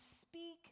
speak